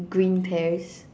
green pears